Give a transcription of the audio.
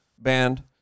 band